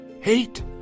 hate